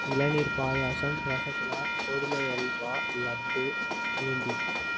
இளநீர் பாயசம் ரசகுல்லா கோதுமை அல்வா லட்டு பூந்தி